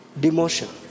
Demotion